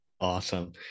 Awesome